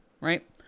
right